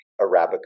arabica